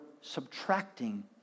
subtracting